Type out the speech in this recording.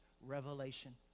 revelation